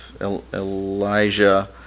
Elijah